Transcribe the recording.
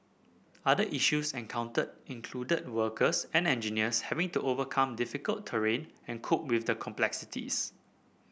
other issues encountered included workers and engineers having to overcome difficult terrain and cope with the complexities